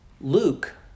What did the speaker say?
Luke